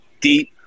deep